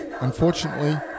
Unfortunately